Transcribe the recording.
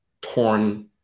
torn